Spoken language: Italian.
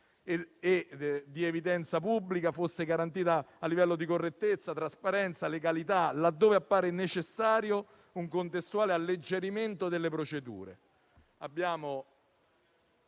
di evidenza pubblica e che fossero garantite correttezza, trasparenza e legalità laddove appare necessario un contestuale alleggerimento delle procedure.